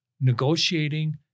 negotiating